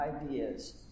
ideas